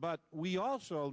but we also